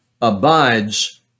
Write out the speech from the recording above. abides